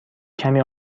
کمی